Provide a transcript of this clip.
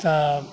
तऽ